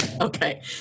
Okay